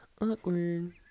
Awkward